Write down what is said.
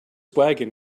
wagon